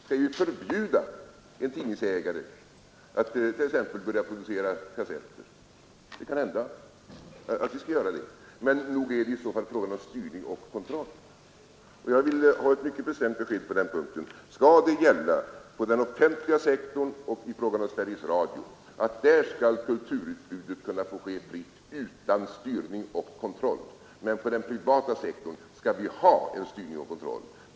Skall vi förbjuda en tidningsägare att t.ex. börja producera kassetter? Det kan hända att vi skall göra det. Men nog är det i så fall fråga om styrning och kontroll. Jag vill ha ett mycket bestämt besked på den punkten: Skall på den offentliga sektorn och i fråga om Sveriges Radio kulturutbudet få ske fritt utan styrning och kontroll medan vi på den privata sektorn skall ha styrning och kontroll?